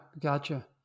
gotcha